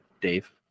Dave